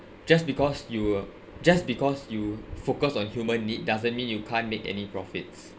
just because you were just because you focused on human need doesn't mean you can't make any profits